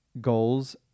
goals